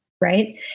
Right